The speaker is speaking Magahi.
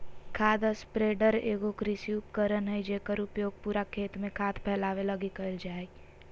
खाद स्प्रेडर एगो कृषि उपकरण हइ जेकर उपयोग पूरा खेत में खाद फैलावे लगी कईल जा हइ